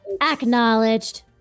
acknowledged